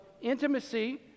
intimacy